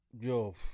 yo